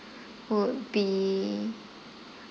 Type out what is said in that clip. would be